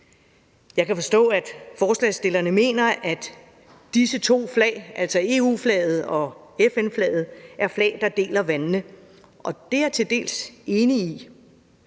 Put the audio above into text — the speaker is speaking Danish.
Jeg kan forstå, at forslagsstillerne mener, at disse to flag, altså EU-flaget og FN-flaget, er flag, der deler vandene, og det er jeg til dels enig i.